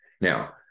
Now